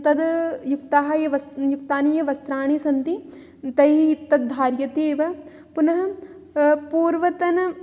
तद् युक्ताः ये युक्तानि ये वस्त्राणि सन्ति तैः तद् धार्यते एव पुनः पूर्वतन